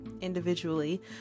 individually